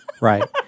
Right